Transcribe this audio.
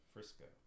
Frisco